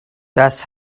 das